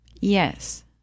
yes